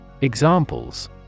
Examples